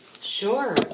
Sure